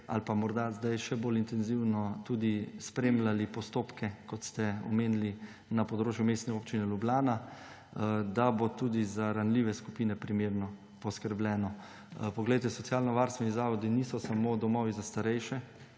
ali pa morda zdaj še bolj intenzivno spremljali postopke, kot ste omenili, na področju Mestne občine Ljubljana, da bo tudi za ranljive skupine primerno poskrbljeno. Socialnovarstveni zavodi niso samo domovi za starejše,